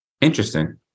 Interesting